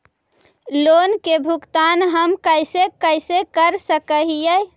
Loan के भुगतान हम कैसे कैसे कर सक हिय?